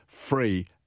free